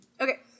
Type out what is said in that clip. Okay